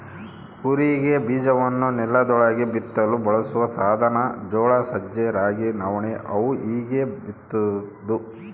ಕೂರಿಗೆ ಬೀಜವನ್ನು ನೆಲದೊಳಗೆ ಬಿತ್ತಲು ಬಳಸುವ ಸಾಧನ ಜೋಳ ಸಜ್ಜೆ ರಾಗಿ ನವಣೆ ಅವು ಹೀಗೇ ಬಿತ್ತೋದು